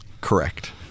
Correct